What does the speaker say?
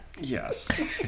Yes